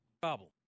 Problem